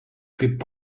kaip